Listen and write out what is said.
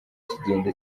kigenda